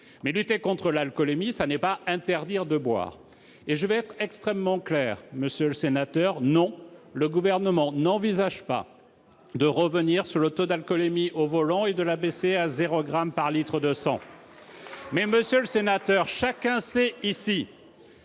Lutter contre l'alcoolémie ne signifie pas interdire de boire. Je vais être extrêmement clair, monsieur le sénateur : non, le Gouvernement n'envisage pas de revenir sur le taux d'alcool au volant et de l'abaisser à 0 gramme par litre de sang. Toutefois, monsieur le sénateur, chacun sait ici